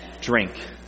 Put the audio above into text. drink